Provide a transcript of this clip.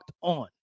on